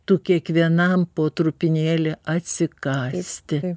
tu kiekvienam po trupinėlį atsikąsti